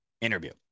interview